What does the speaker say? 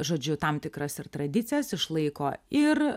žodžiu tam tikras ir tradicijas išlaiko ir